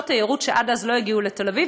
תיירות שעד אז לא הגיעו לתל-אביב,